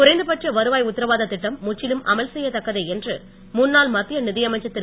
குறைந்தபட்ச வருவாய் உத்திரவாத திட்டம் முற்றிலும் அமல்செய்யத் தக்கதே என்று முன்னாள் மத்திய நிதியமைச்சர் திரு